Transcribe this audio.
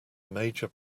major